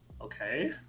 okay